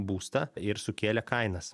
būstą ir sukėlė kainas